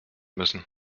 müssen